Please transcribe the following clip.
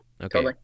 Okay